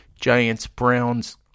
Giants-Browns